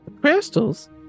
Crystals